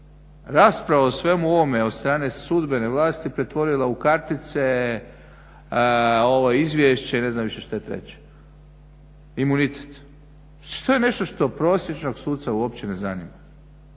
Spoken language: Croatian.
rasprava o svemu ovome od strane sudbene vlasti pretvorila u kartice ovo izvješće i ne znam više što je treće – imunitet. To je nešto što prosječnog suca uopće ne zanima.